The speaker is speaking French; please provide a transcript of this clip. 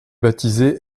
baptisée